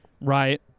right